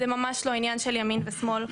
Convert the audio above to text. זה ממש לא עניין של ימין ושמאל,